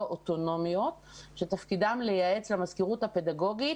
אוטונומיות שתפקידן לייעץ למזכירות הפדגוגית